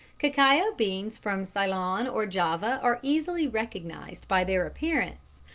cacao beans from ceylon or java are easily recognised by their appearance,